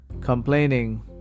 complaining